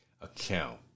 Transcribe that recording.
account